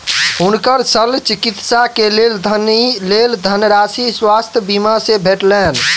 हुनकर शल्य चिकित्सा के लेल धनराशि स्वास्थ्य बीमा से भेटलैन